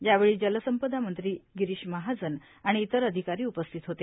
यावेळी जलसंपदा मंत्री गिरीश महाजन आणि इतर अधिकारी उपस्थित होते